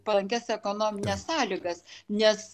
palankias ekonomines sąlygas nes